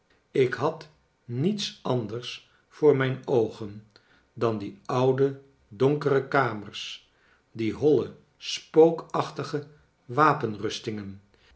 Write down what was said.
ik had niets anders voor mijne oogen dan die oude donkere kamers die holle spookaehtige wapenrustingen